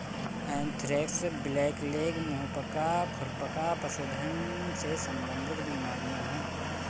anthrax, blackleg, मुंह पका, खुर पका पशुधन से संबंधित बीमारियां हैं